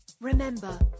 Remember